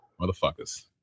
motherfuckers